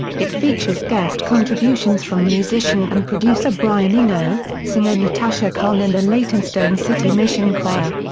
it features guest contributions from musician and producer brian eno, singer natasha khan and the leytonstone city mission choir.